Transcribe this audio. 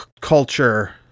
culture